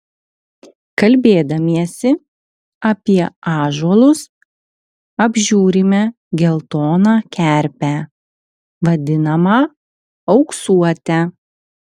kalbėdamiesi apie ąžuolus apžiūrime geltoną kerpę vadinamą auksuote